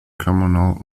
communal